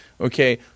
Okay